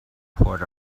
poured